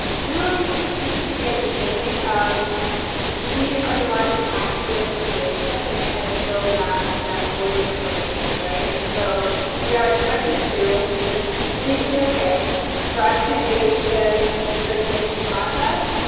really speaks to the understanding of we are the ones that have to give that information and to kind of fill that that void of information, right? and so we are expected to and it's completely okay for us to engage in and the decision-making process,